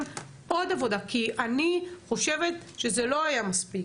עוד עבודה כי אני חושבת שזה לא היה מספיק.